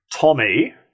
tommy